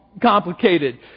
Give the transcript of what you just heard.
complicated